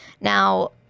now